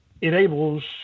enables